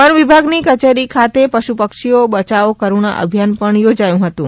વનવિભાગની કચેરી ખાતે પશુ પક્ષીઓ બયાઓ કરૂણા અભિયાન પણ યોજાયું હતું